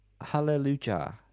hallelujah